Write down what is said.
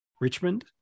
Richmond